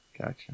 gotcha